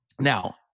Now